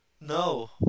no